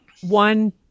One